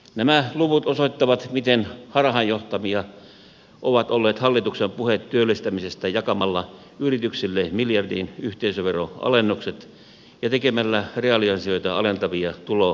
nämä luvut osoittavat miten harhaanjohtavia ovat olleet hallituksen puheet työllistämisestä jakamalla yrityksille miljardin yhteisöveroalennukset ja tekemällä reaaliansioita alentavia tuloratkaisuja